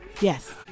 Yes